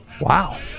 Wow